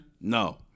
No